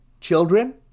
Children